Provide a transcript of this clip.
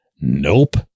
Nope